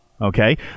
okay